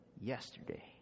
yesterday